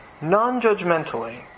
non-judgmentally